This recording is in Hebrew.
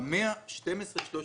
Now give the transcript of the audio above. במאה ה12 13